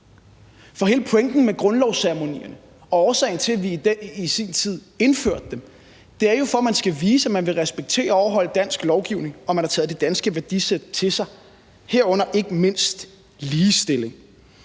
køn. Hele pointen med grundlovsceremonierne og årsagen til, at vi i sin tid indførte dem, er jo, at man skal vise, at man vil respektere og overholde dansk lovgivning, og at man har taget det danske værdisæt til sig, herunder ikke mindst ligestilling.